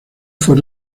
fue